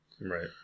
right